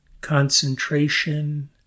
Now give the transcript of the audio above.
concentration